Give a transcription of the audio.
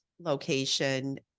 location